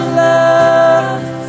love